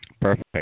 Perfect